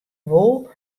wol